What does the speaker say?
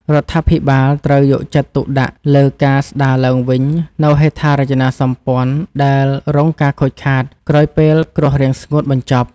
រដ្ឋាភិបាលត្រូវយកចិត្តទុកដាក់លើការស្តារឡើងវិញនូវហេដ្ឋារចនាសម្ព័ន្ធដែលរងការខូចខាតក្រោយពេលគ្រោះរាំងស្ងួតបញ្ចប់។